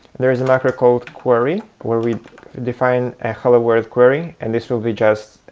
there is a macro called query, where we define a hello, world query, and this will be just